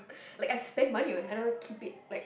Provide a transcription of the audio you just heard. like I've spent money on it I don't want to keep it like